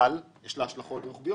אבל יש לה גם השלכות רוחביות.